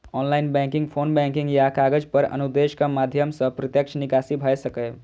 online banking, phone banking या कागज पर अनुदेशक माध्यम सं प्रत्यक्ष निकासी भए सकैए